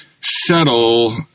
Settle